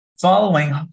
following